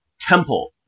temple